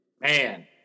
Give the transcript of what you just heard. man